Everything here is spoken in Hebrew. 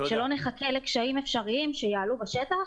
שלא נחכה לקשיים אפשריים שיעלו בשטח.